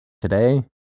today